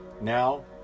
Now